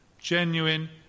genuine